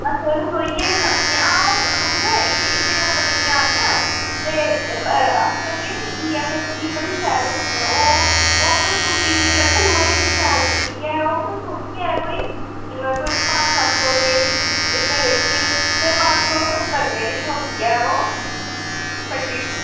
अच्छा रसोइयै बी लानी ऐ हां ओह् उ'ऐ इक्कै इक्कै कंपनी दियां आनियां ते अस चलगे निं ईएसएसबी बड़ी शैल होंदियां ओ ओह् कोई टुट्टी मिगी लगदा लोहे दी शैल टुट्टी ऐ ओह् कोई थ्होंदी ऐ कोई पंज सत्त सौ रपेऽ दी इन्नै बिच गै ते पंज सौ सत्तर रपेऽ दी थ्होंदी ऐ ओह् बड्डी टुट्टी